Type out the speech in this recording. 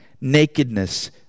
nakedness